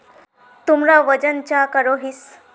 तुमरा वजन चाँ करोहिस?